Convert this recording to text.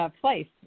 place